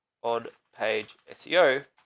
on page ah seo.